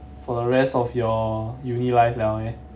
for the rest of your uni life liao leh